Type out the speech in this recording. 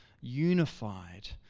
unified